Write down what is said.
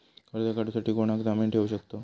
कर्ज काढूसाठी कोणाक जामीन ठेवू शकतव?